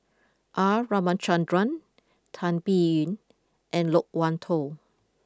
R Ramachandran Tan Biyun and Loke Wan Tho